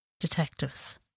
Detectives